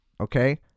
okay